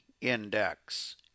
index